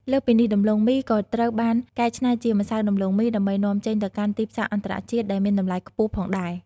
លើសពីនេះ ដំឡូងមីក៏ត្រូវបានកែច្នៃជា ម្សៅដំឡូងមី ដើម្បីនាំចេញទៅកាន់ទីផ្សារអន្តរជាតិ ដែលមានតម្លៃខ្ពស់ផងដែរ។